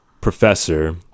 professor